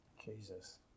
Jesus